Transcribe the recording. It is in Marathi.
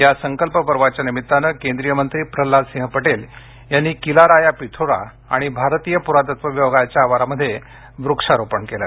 या संकल्प पर्वाच्या निमित्ताने केंद्रीयमंत्री प्रल्हाद सिंह पटेल यांनी किला राया पिथोरा आणि भारतीय पुरातत्व विभागाच्याआवारामध्ये वृक्षारोपण केल